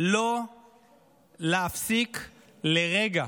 לא להפסיק לרגע.